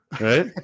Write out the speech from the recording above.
Right